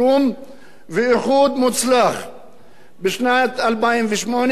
בשנת 2008 הכנסת, שאישרה את האיחוד,